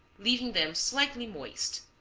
leaving them slightly moist.